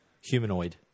humanoid